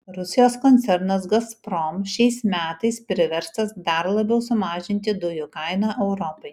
rusijos koncernas gazprom šiais metais priverstas dar labiau sumažinti dujų kainą europai